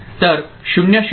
तर 0 0